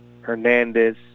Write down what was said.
Hernandez